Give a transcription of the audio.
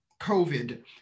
COVID